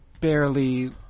barely